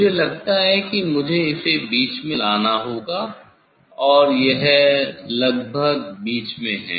मुझे लगता है कि मुझे इसे बीच में लाना होगा और यह लगभग बीच में है